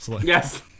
Yes